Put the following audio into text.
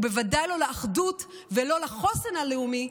ובוודאי לא לאחדות ולא לחוסן הלאומי,